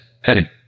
Heading